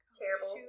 terrible